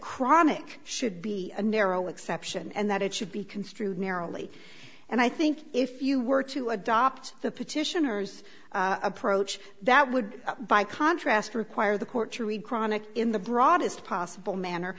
chronic should be a narrow exception and that it should be construed marilee and i think if you were to adopt the petitioners approach that would by contrast require the court to read cronic in the broadest possible manner